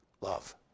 love